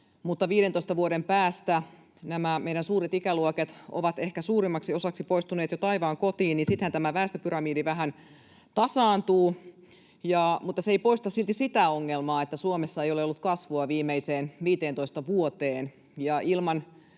15 vuoden päästä meidän suuret ikäluokat ovat ehkä suurimmaksi osaksi poistuneet jo taivaan kotiin, ja sittenhän tämä väestöpyramidi vähän tasaantuu. Mutta se ei poista silti sitä ongelmaa, että Suomessa ei ole ollut kasvua viimeiseen 15 vuoteen,